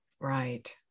Right